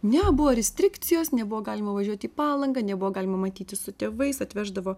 ne buvo restrikcijos nebuvo galima važiuot į palangą nebuvo galima matytis su tėvais atveždavo